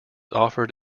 offered